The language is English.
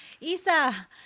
Isa